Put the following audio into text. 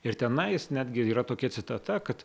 ir tenais netgi yra tokia citata kad